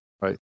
right